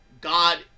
God